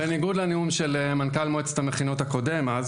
בניגוד לנאום של מנכ"ל מועצת המכינות דאז,